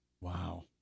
Wow